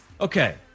Okay